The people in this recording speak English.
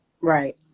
Right